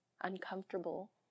uncomfortable